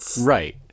Right